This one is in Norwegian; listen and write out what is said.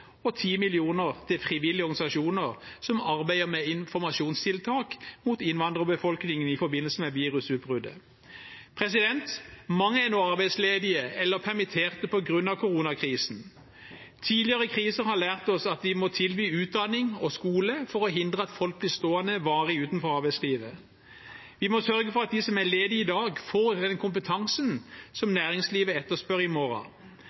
og 10 mill. kr til frivillige organisasjoner som arbeider med informasjonstiltak mot innvandrerbefolkningen i forbindelse med virusutbruddet. Mange er nå arbeidsledige eller permittert på grunn av koronakrisen. Tidligere kriser har lært oss at vi må tilby utdanning og skole for å hindre at folk blir stående varig utenfor arbeidslivet. Vi må sørge for at de som er ledige i dag, får den kompetansen som næringslivet etterspør i morgen.